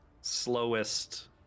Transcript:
slowest